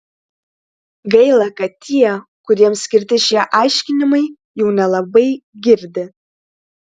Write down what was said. gaila kad tie kuriems skirti šie aiškinimai jų nelabai girdi